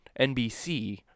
NBC